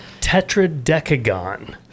tetradecagon